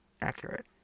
accurate